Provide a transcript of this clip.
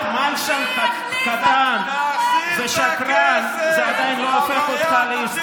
להיות מלשן קטן ושקרן זה עדיין לא הופך אותך לאיש ציבור.